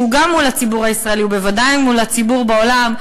שהוא גם מול הציבור הישראלי ובוודאי מול הציבור בעולם,